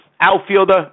Outfielder